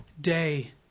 day